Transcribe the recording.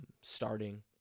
starting